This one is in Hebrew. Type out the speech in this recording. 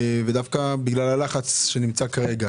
ודווקא בגלל הלחץ שנמצא כרגע.